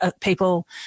people